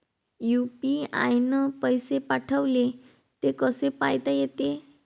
UPI न पैसे पाठवले, ते कसे पायता येते?